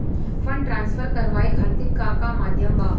Fund transfer करवाये खातीर का का माध्यम बा?